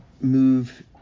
move